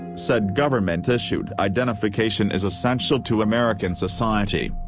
said government-issued identification is essential to american society.